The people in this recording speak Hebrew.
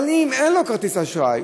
אבל אם אין לו כרטיס אשראי,